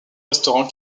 restaurant